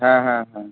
হ্যাঁ হ্যাঁ হ্যাঁ